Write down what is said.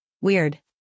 Weird